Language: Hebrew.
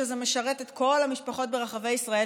שמשרתים את כל המשפחות ברחבי ישראל,